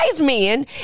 men